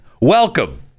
Welcome